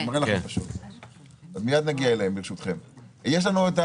אני פשוט מראה לכם.